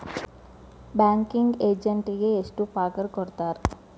Banking ಎಜೆಂಟಿಗೆ ಎಷ್ಟ್ ಪಗಾರ್ ಕೊಡ್ತಾರ್?